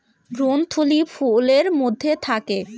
ভ্রূণথলি ফুলের মধ্যে থাকে